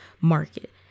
market